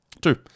Two